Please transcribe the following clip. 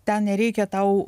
ten reikia tau